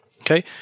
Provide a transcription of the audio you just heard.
Okay